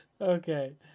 Okay